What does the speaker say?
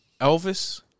Elvis